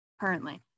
currently